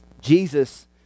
Jesus